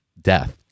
death